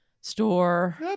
store